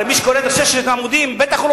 הרי מי שקורא את 300 העמודים בטח לא